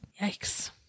yikes